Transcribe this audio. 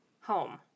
home